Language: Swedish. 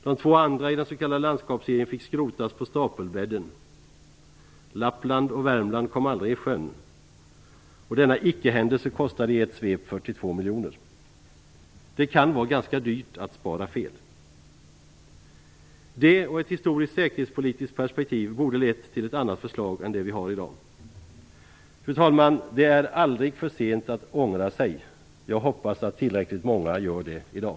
De två andra i den s.k. "Lappland" och "Värmland" kom aldrig i sjön. Och denna icke-händelse kostade i ett svep 42 miljoner. Det kan vara ganska dyrt att spara fel. Det och ett historiskt säkerhetspolitiskt perspektiv borde ha lett till ett annat förslag än det vi har i dag. Fru talman! Det är aldrig för sent att ångra sig. Jag hoppas att tillräckligt många gör det i dag.